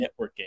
networking